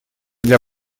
для